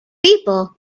people